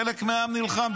חלק מהעם נלחם.